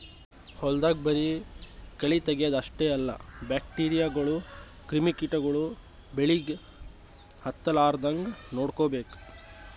ಹೊಲ್ದಾಗ ಬರಿ ಕಳಿ ತಗ್ಯಾದ್ ಅಷ್ಟೇ ಅಲ್ಲ ಬ್ಯಾಕ್ಟೀರಿಯಾಗೋಳು ಕ್ರಿಮಿ ಕಿಟಗೊಳು ಬೆಳಿಗ್ ಹತ್ತಲಾರದಂಗ್ ನೋಡ್ಕೋಬೇಕ್